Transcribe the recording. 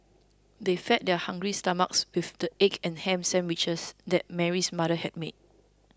they fed their hungry stomachs with the egg and ham sandwiches that Mary's mother had made